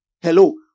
Hello